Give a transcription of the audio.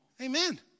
amen